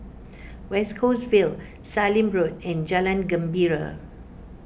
West Coast Vale Sallim Road and Jalan Gembira